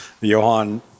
Johan